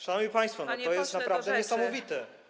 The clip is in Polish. Szanowni państwo, no to jest naprawdę niesamowite.